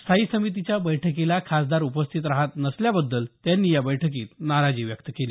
स्थायी समितीच्या बैठकीला खासदार उपस्थित राहत नसल्याबद्दल त्यांनी या बैठकीत नाराजी व्यक्त केली